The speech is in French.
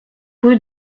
rue